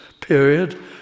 period